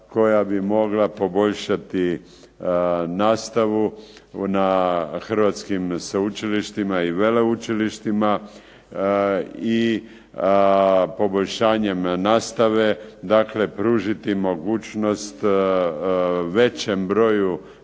koja bi mogla poboljšati nastavu na hrvatskim sveučilištima i veleučilištima i poboljšanjem nastave pružiti mogućnost većem broju